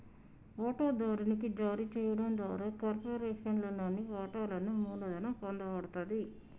వాటాదారునికి జారీ చేయడం ద్వారా కార్పొరేషన్లోని వాటాలను మూలధనం పొందబడతది